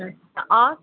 अच्छा और